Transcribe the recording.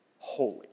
holy